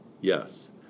Yes